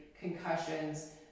concussions